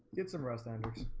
get some rest angers